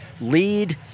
lead